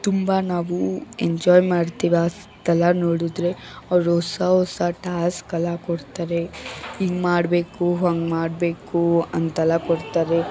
ತುಂಬ ನಾವು ಎಂಜಾಯ್ ಮಾಡ್ತೀವಿ ಅಷ್ಟೆಲ್ಲ ನೋಡಿದರೆ ಅವರು ಹೊಸ ಹೊಸ ಟಾಸ್ಕ್ ಅಲ್ಲ ಕೊಡ್ತಾರೆ ಹಿಂಗೆ ಮಾಡಬೇಕು ಹಂಗೆ ಮಾಡಬೇಕು ಅಂತೆಲ್ಲ ಕೊಡ್ತಾರೆ